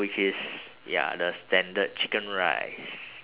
which is ya the standard chicken rice